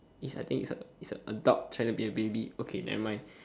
is I think it's a it's a dog trying to be a baby okay nevermind